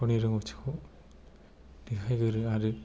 गावनि रोंगौथिखौ देखायगोरो आरो